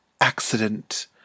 accident